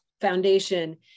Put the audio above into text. Foundation